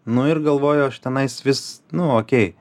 nu ir galvoju aš tenais vis nu okey